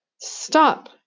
Stop